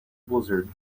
blizzard